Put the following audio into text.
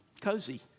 cozy